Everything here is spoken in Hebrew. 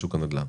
בשוק הנדל"ן,